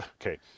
okay